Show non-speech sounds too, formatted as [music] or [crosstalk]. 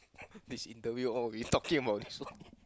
[laughs] this interview all we talking about this one